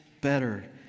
better